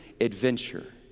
adventure